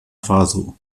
faso